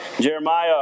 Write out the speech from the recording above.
Jeremiah